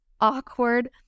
awkward